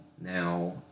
Now